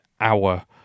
hour